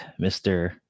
Mr